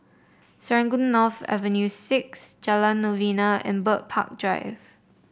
Serangoon North Avenue Six Jalan Novena and Bird Park Drive